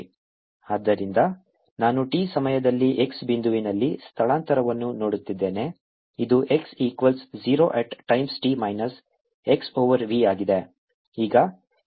fxtfx0 t xv ಆದ್ದರಿಂದ ನಾನು t ಸಮಯದಲ್ಲಿ x ಬಿಂದುವಿನಲ್ಲಿ ಸ್ಥಳಾಂತರವನ್ನು ನೋಡುತ್ತಿದ್ದೇನೆ ಇದು x equals 0 at time t minus x over v ಆಗಿದೆ